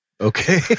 Okay